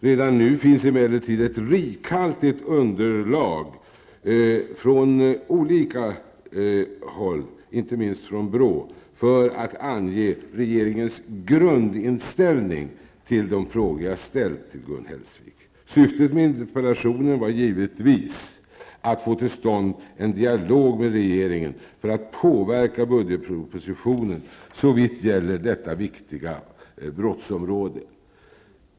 Redan nu finns emellertid ett rikhaltigt underlag från olika håll, inte minst från BRÅ för att ange regeringens grundinställning till de frågor jag ställt till Gun Syftet med interpellationen var givetvis att få till stånd en dialog med regeringen för att påverka budgetpropositionen såvitt gäller detta viktiga brottsområde.